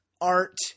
art